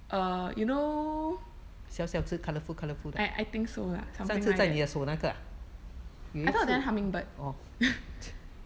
uh you know I I think so lah something like that I thought that one hummingbird